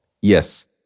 Yes